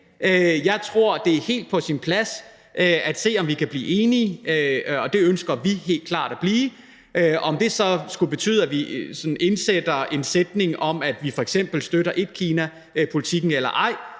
Jeg tror, det er helt på sin plads at se, om vi kan blive enige, og det ønsker vi helt klart at blive. Om det så skulle betyde, at vi sådan indsætter en sætning om, at vi f.eks. støtter etkinapolitikken, eller ej,